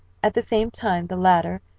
at the same time the latter,